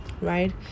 right